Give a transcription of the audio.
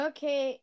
Okay